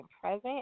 present